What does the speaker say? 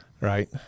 right